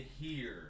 hear